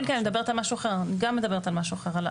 אני גם מדברת על משהו אחר.